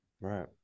right